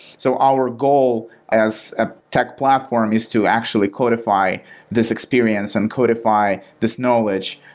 so our goal as a tech platform is to actually codify this experience and codify this knowledge.